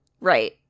right